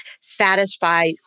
satisfy